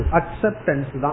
acceptance